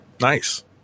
Nice